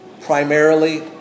Primarily